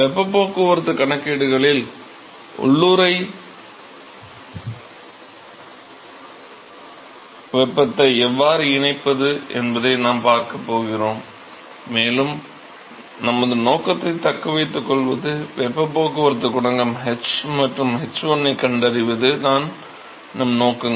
வெப்பப் போக்குவரத்துக் கணக்கீடுகளில் உள்ளுறை வெப்பத்தை எவ்வாறு இணைப்பது என்பதை நாம் பார்க்கப் போகிறோம் மேலும் நமது நோக்கத்தைத் தக்கவைத்துக்கொள்வது வெப்பப் போக்குவரத்துக் குணகம் h மற்றும் h1 ஐக் கண்டறிவது தான் நம் நோக்கங்கள்